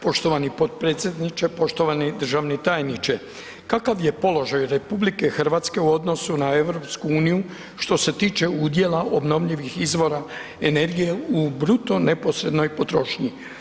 Poštovani potpredsjedniče, poštovani državni tajniče, kakav je položaj RH u odnosu na EU što se tiče udjela obnovljivih izvora energije u bruto neposrednoj potrošnji?